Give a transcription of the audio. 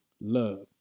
love